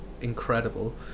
incredible